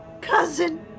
cousin